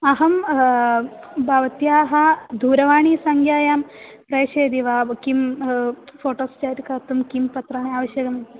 अहं भवत्याः दूरवाणीसङ्ख्यायां प्रेषयति वा किं फ़ोटो सेट् कर्तुं किं पत्राणि आवश्यकानि